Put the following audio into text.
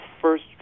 first